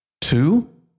Two